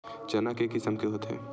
चना के किसम के होथे?